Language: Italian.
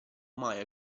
mai